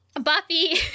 Buffy